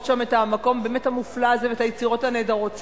את המקום המופלא הזה ואת היצירות הנהדרות שלו.